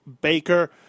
Baker